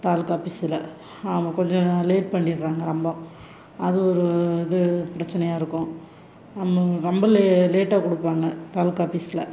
தாலுக்கா ஆஃபீஸில் ஆமாம் கொஞ்சம் லேட் பண்ணிடுறாங்க ரொம்ப அது ஒரு இது பிரச்சனையாக இருக்கும் ரொம்ப லேட்டாக கொடுப்பாங்க தாலுக்கா ஆஃபீஸில்